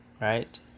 right